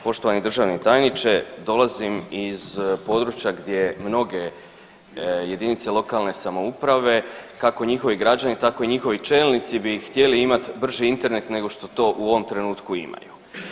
Poštovani državni tajniče dolazim iz područja gdje mnoge jedinice lokalne samouprave kako njihovi građani tako i njihovi čelnici bi htjeli imati brži Internet nego što to u ovom trenutku imaju.